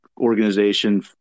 organization